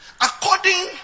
According